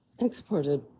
exported